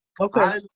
Okay